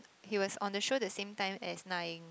he was on the show the same time as Na-Ying